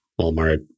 Walmart